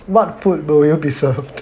what food will you be served